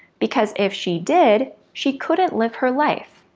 because if she did, she couldn't live her life.